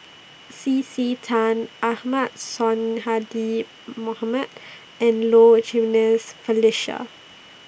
C C Tan Ahmad Sonhadji Mohamad and Low Jimenez Felicia